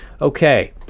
Okay